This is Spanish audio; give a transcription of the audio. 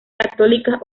católica